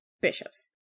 bishops